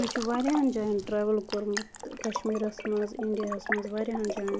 مےٚ چھُ واریَہَن جایَن ٹرٮ۪ول کوٚرمُت کَشمیٖرَس مَنٛز اِنڈیاہَس مَنٛز واریَہَن جایَن